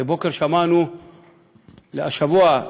השבוע,